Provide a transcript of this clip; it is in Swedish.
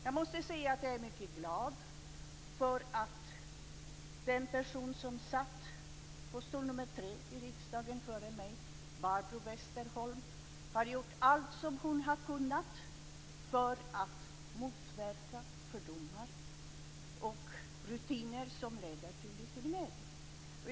Jag måste säga att jag är mycket glad över att den person som satt på stol nr 3 här i riksdagen före mig, Barbro Westerholm, gjort allt hon kunnat för att motverka fördomar och rutiner som leder till diskriminering.